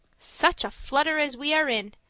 such a flutter as we are in!